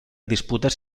disputes